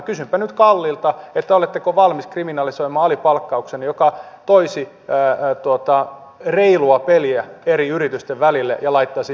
kysynpä nyt kallilta oletteko valmis kriminalisoimaan alipalkkauksen joka toisi reilua peliä eri yritysten välille ja laittaisi vilunkipelaajat kuriin